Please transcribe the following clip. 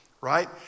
right